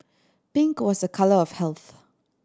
pink was a colour of health